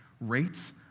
rates